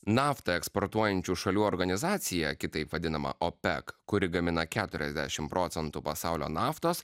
naftą eksportuojančių šalių organizacija kitaip vadinama opec kuri gamina keturiasdešim procentų pasaulio naftos